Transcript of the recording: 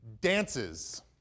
dances